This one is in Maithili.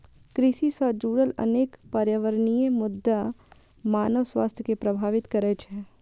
कृषि सं जुड़ल अनेक पर्यावरणीय मुद्दा मानव स्वास्थ्य कें प्रभावित करै छै